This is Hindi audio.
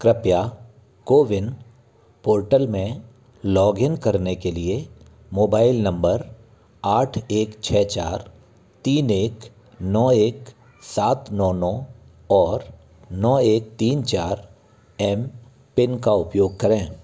कृपया कोविन पोर्टल में लॉग इन करने के लिए मोबाइल नंबर आठ एक छः चार तीन एक नौ एक सात नौ नौ और नौ एक तीन चार एम पिन का उपयोग करें